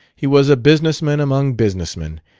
he was a business-man among business-men,